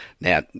now